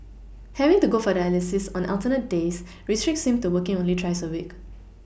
having to go for dialysis on alternate days restricts him to working only thrice a week